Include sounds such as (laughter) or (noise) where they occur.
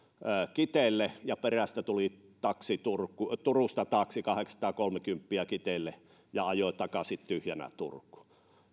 kiteelle (unintelligible) ja perästä tuli taksi turusta kiteelle kahdeksansataakolmekymmentä euroa ja ajoi takaisin tyhjänä turkuun